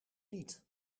niet